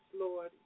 Lord